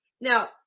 Now